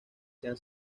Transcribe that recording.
sean